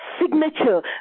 signature